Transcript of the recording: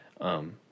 Um-